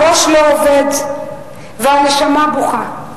הראש לא עובד והנשמה בוכה.